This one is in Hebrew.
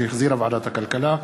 שהחזירה ועדת הכלכלה.